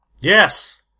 Yes